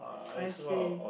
I see